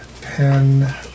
pen